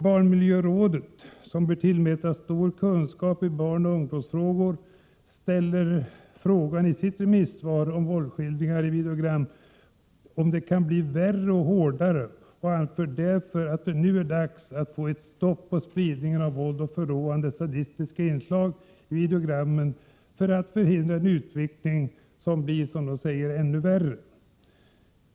Barnmiljörådet, som bör tillmätas stor kunskap i barnoch ungdomsfrågor, ställer i sitt remissyttrande frågan om våldsskildringar i videogram kan bli ännu värre och hårdare och anför att det nu är dags att få ett stopp på spridningen av våld och förråande sadistiska inslag i videogrammen för att förhindra att utvecklingen blir ännu värre.